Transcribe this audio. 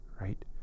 right